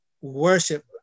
worship